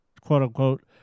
quote-unquote